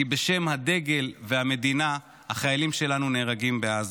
כי בשם הדגל והמדינה, החיילים שלנו נהרגים בעזה.